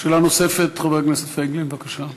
שאלה נוספת לחבר הכנסת פייגלין, בבקשה.